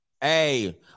Hey